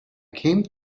came